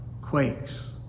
quakes